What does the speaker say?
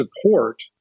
support